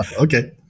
Okay